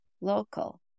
local